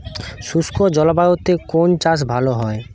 শুষ্ক জলবায়ুতে কোন চাষ ভালো হয়?